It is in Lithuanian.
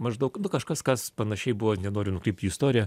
maždaug nu kažkas kas panašiai buvo nenoriu nukrypt į istoriją